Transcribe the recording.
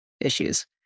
issues